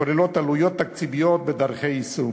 שכוללות עלויות תקציביות ודרכי יישום.